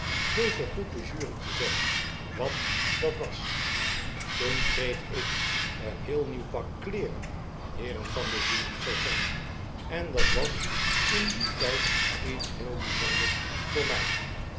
wees zoo goed de jury te zeggen wat dat was toen kreeg ik een heel nieuw pak kleeren heeren van de jury zei sam en dat was in dien tijd iets heel bijzonders voor mij